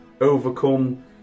overcome